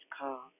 Call